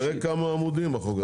תראה כמה עמודים החוק.